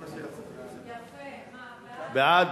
בעד,